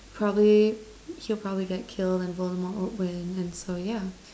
probably he'll probably get killed and Voldemort would win and so yeah